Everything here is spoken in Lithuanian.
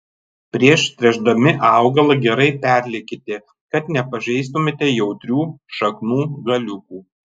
prieš tręšdami augalą gerai perliekite kad nepažeistumėte jautrių šaknų galiukų